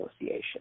Association